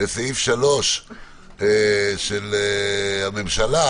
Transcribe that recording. לסעיף 3 של הממשלה,